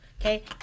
okay